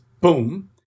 Boom